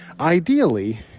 Ideally